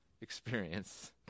experience